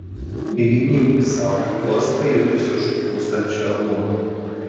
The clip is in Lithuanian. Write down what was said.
įgnybk sau vos pajutusi užplūstant švelnumą